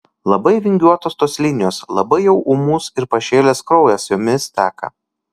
labai vingiuotos tos linijos labai jau ūmus ir pašėlęs kraujas jomis teka